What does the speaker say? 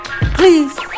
Please